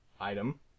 item